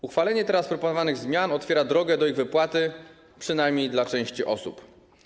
Uchwalenie proponowanych teraz zmian otwiera drogę do ich wypłaty przynajmniej dla części osób.